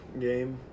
game